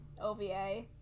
OVA